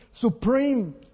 supreme